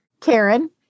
Karen